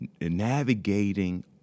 navigating